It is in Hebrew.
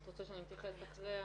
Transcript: את רוצה שאני אתייחס אחרי?